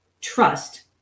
trust